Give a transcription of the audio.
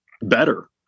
better